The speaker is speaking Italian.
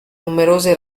numerose